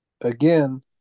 Again